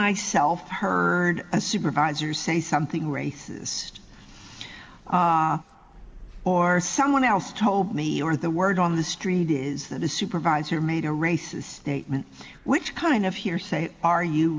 myself turned a supervisor say something racist or someone else told me or the word on the street is that a supervisor made a racist statement which kind of hearsay are you